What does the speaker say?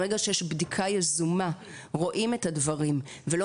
ברגע שיש בדיקה יזומה רואים את הדברים ולא